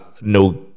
no